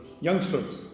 Youngsters